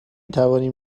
توانیم